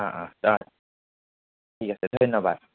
অঁ অঁ ঠিক আছে ধন্যবাদ